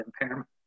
impairment